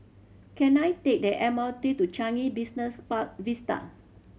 can I take the M R T to Changi Business Park Vista